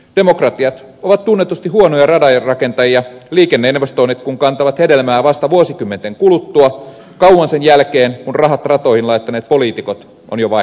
demokratiat ovat tunnetusti huonoja radanrakentajia liikenneinvestoinnit kun kantavat hedelmää vasta vuosikymmenten kuluttua kauan sen jälkeen kun rahat ratoihin laittaneet poliitikot on jo vaihdettu toisiin